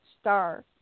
star